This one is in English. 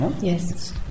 yes